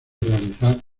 realizar